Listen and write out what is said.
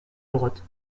droite